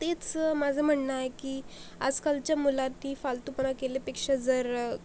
तेच माझं म्हणणं आहे की आजकालच्या मुलांनी फालतूपणा केल्यापेक्षा जर